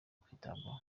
kwitabwaho